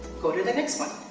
go to the next one,